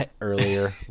earlier